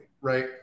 right